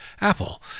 Apple